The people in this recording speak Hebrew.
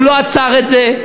הוא לא עצר את זה,